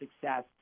success